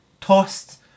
tossed